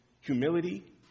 humility